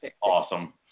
awesome